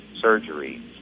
surgery